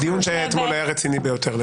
הדיון שהיה אתמול היה רציני ביותר.